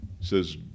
says